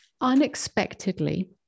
unexpectedly